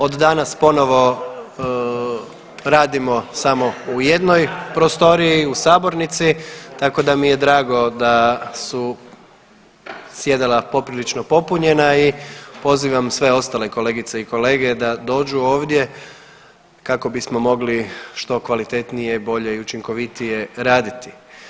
Od danas ponovo radimo samo u jednoj prostoriji u sabornici, tako da mi je drago su sjedala poprilično popunjena i pozivam sve ostale kolegice i kolege da dođu ovdje kako bismo mogli što kvalitetnije, bolje i učinkovitije raditi.